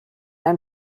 ein